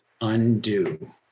undo